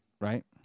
Right